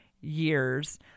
years